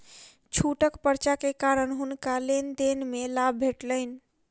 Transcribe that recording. छूटक पर्चा के कारण हुनका लेन देन में लाभ भेटलैन